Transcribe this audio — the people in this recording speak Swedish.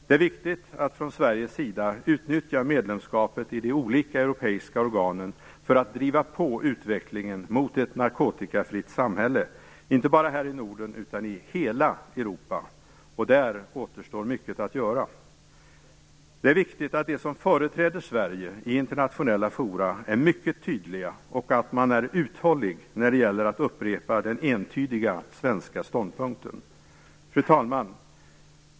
Det är viktigt att från Sveriges sida utnyttja medlemskapet i de olika europeiska organen för att driva på utvecklingen mot ett narkotikafritt samhälle, inte bara här i Norden utan i hela Europa. Där återstår mycket att göra. Det är viktigt att de som företräder Sverige i internationella forum är mycket tydliga och att de är uthålliga när det gäller att upprepa den entydiga svenska ståndpunkten. Fru talman!